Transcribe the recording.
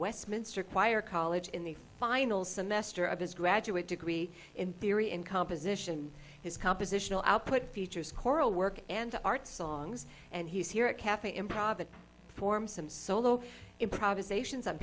westminster choir college in the final semester of his graduate degree in theory in composition his compositional output features choral work and art songs and he's here at cafe improv that form some solo improvisations on